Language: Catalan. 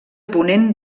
ponent